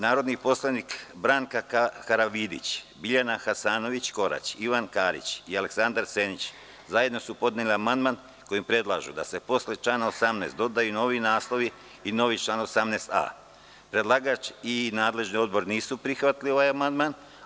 Narodni poslanici Branka Karavidić, Biljana Hasanović Korać, Ivan Karić i Aleksandar Senić zajedno su podneli amandman kojim predlažu da se posle člana 18. dodaju novi naslov i novi član 18a. Predlagač i Odbor za pravosuđe, državnu upravu i lokalnu samoupravu nisu prihvatili amandman.